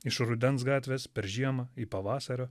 iš rudens gatvės per žiemą į pavasario